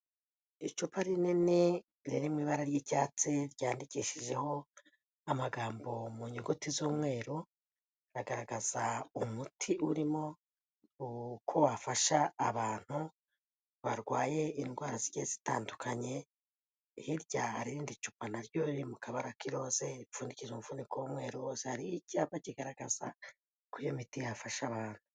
Icupa rinini riri mu ibara ry'icyatsi ryandikishijeho amagambo mu nyuguti z'umweru, agaragaza umuti urimo uko wafasha abantu barwaye indwara zigiye zitandukanye, hirya hari irindi icupa na ryo riri mu kabara k'iroze ripfundikije umufuniko w'umweru, hose hariho icyapa kigaragaza ko iyo miti yafasha abantu.